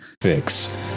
Fix